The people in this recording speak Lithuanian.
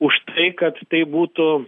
už tai kad tai būtų